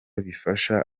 bifasha